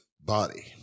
body